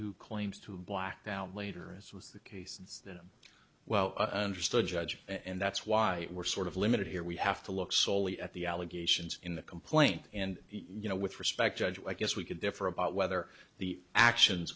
who claims to have blacked out later as was the case well understood judging and that's why we're sort of limited here we have to look solely at the allegations in the complaint and you know with respect judge i guess we could differ about whether the actions